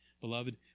Beloved